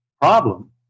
problem